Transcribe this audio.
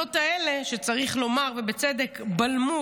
ההפגנות האלה, צריך לומר, ובצדק, בלמו